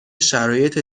شرایط